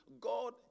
God